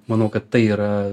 manau kad tai yra